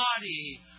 body